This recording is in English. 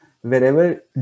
wherever